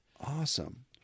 Awesome